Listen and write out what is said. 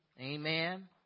amen